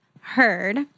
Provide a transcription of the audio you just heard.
heard